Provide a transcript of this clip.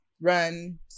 run